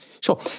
sure